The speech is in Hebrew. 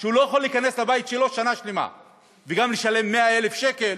שהוא לא יכול להיכנס לבית שלו שנה שלמה וגם ישלם 100,000 שקל